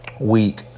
week